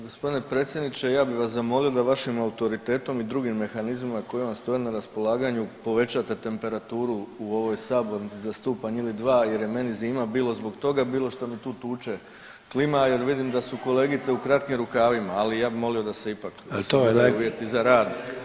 Gospodine predsjedniče ja bi vas zamolio da vašim autoritetom i drugim mehanizmima koji vam stoje na raspolaganju povećate temperaturu u ovoj sabornici za stupanj ili dva jer je meni zima bilo zbog toga, bilo šta mi tu tuče klima jer vidim da su kolegice u kratkim rukavima, ali ja bi molio da se ipak ispune uvjeti za rad.